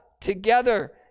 together